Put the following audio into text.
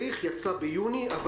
הוא יצא ביוני בשנה שעברה,